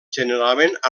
generalment